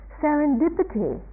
serendipity